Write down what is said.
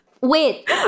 wait